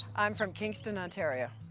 i'm from kingston, ontario.